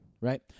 right